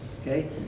okay